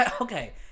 okay